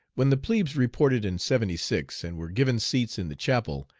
when the plebes reported in seventy six, and were given seats in the chapel,